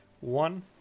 One